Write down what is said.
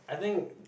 I think